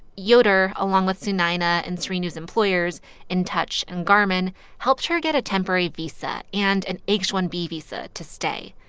yoder, along with sunayana and srinu's employers intouch and garmin helped her get a temporary visa and an h one b visa to stay.